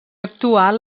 actual